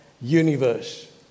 universe